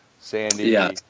Sandy